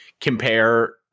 compare